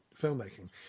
filmmaking